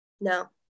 no